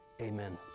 Amen